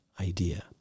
idea